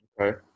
Okay